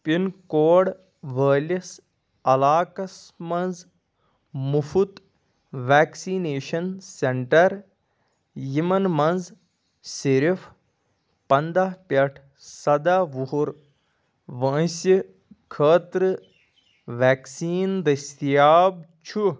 pin code وٲلِس علاقس مَنٛز مُفت ویٚکسِنیشن سیٚنٹر یِمَن منٛز صرف پنٛداہ پٮ۪ٹھ سَداہ وُہر وٲنٛسہِ خٲطرٕ ویٚکسیٖن دٔستِیاب چھُ